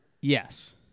Yes